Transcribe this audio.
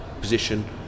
position